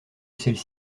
celles